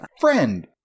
friend